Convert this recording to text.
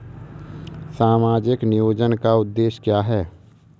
सामाजिक नियोजन का उद्देश्य क्या है?